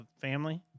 family